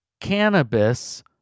cannabis